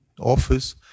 office